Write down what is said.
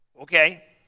Okay